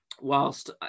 whilst